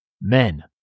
Men